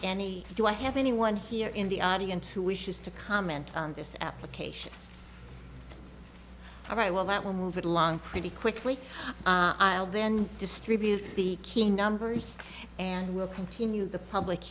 any do i have anyone here in the audience who wishes to comment on this application all right well that will move it along pretty quickly i'll then distribute the key numbers and we'll continue the public